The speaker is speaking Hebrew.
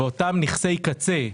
ואותם נכסי קצה,